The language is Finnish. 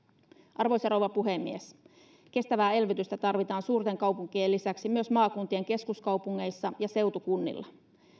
arvoisa rouva puhemies kestävää elvytystä tarvitaan suurten kaupunkien lisäksi myös maakuntien keskuskaupungeissa ja seutukunnissa